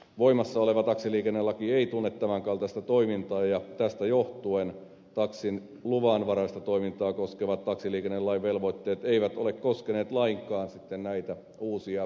voimassa oleva taksiliikennelaki ei tunne tämän kaltaista toimintaa ja tästä johtuen taksin luvanvaraista toimintaa koskevat taksiliikennelain velvoitteet eivät ole koskeneet lainkaan sitten näitä uusia toimijoita